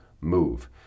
move